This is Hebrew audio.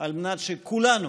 על מנת שכולנו